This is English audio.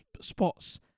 spots